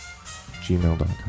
gmail.com